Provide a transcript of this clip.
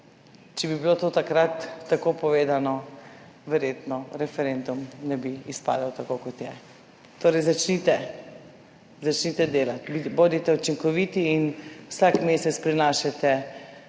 če bi bilo to takrat tako povedano, verjetno referendum ne bi izpadel tako, kot je. Torej, začnite delati, bodite učinkoviti in vsak mesec prinašate